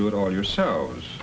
do it all yourselves